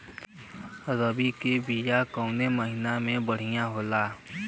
रबी के बिया कवना महीना मे बढ़ियां होला?